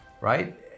right